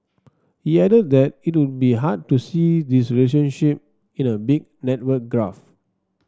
he added that it would be hard to see this relationship in a big network graph